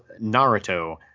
Naruto